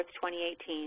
2018